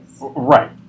Right